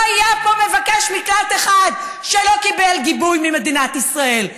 לא היה פה מבקש מקלט אחד שלא קיבל גיבוי ממדינת ישראל.